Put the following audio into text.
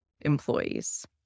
employees